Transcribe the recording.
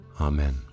Amen